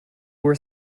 were